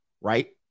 right